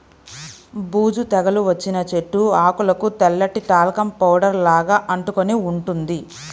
బూజు తెగులు వచ్చిన చెట్టు ఆకులకు తెల్లటి టాల్కమ్ పౌడర్ లాగా అంటుకొని ఉంటుంది